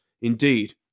indeed